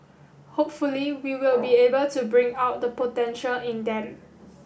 hopefully we will be able to bring out the potential in them